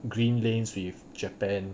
green lanes with japan